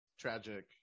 tragic